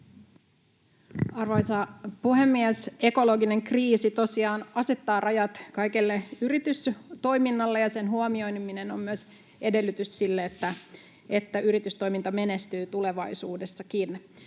Arvoisa puhemies! Ekologinen kriisi tosiaan asettaa rajat kaikelle yritystoiminnalle, ja sen huomioiminen on myös edellytys sille, että yritystoiminta menestyy tulevaisuudessakin.